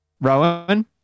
Rowan